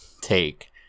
take